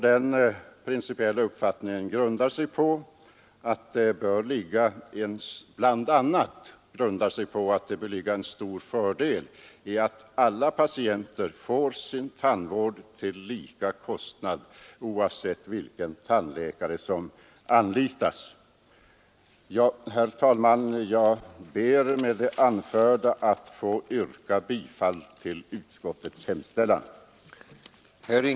De principiella uppfattningarna grundar sig bl.a. på att det bör ligga en stor fördel i att alla patienter får sin tandvård till lika kostnad oavsett vilken tandläkare som anlitas. Herr talman! Jag ber att med det anförda få yrka bifall till utskottets hemställan.